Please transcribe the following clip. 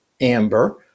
amber